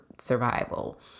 survival